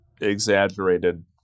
exaggerated